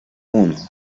uno